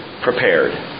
prepared